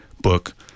book